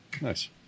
Nice